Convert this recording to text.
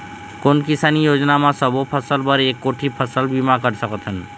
कोन किसानी योजना म सबों फ़सल बर एक कोठी फ़सल बीमा कर सकथन?